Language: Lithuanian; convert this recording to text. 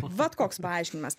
vat koks paaiškinimas